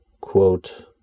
quote